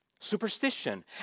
Superstition